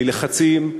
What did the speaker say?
מלחצים,